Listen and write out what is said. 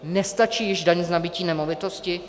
Nestačí již daň z nabytí nemovitosti?